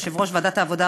יושב-ראש ועדת העבודה,